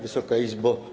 Wysoka Izbo!